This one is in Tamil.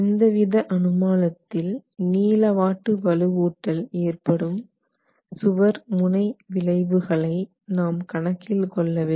இந்தவித அனுமானத்தில் நீள வாட்டு வலுவூட்டல் ஏற்படும் சுவர் முனை விளைவுகளை நாம் கணக்கில் கொள்ளவில்லை